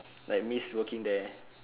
like miss working there